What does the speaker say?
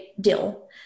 deal